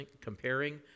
comparing